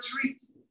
treats